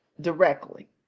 directly